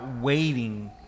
waiting